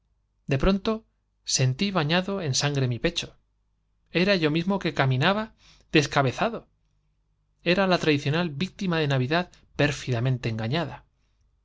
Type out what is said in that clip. de pronto sentí bañado en sangre mi pecho j era yo mismo que caminaba descabezado era la tradicional víctima de navidad